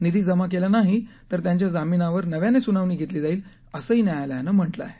निधी जमा केला नाही तर त्यांच्या जामीनावर नव्याने सुनावणी घेतली जाईल असंही न्यायालयानं म्हटलं आहे